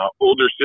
Older